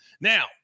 now